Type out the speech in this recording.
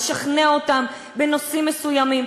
לשכנע אותם בנושאים מסוימים.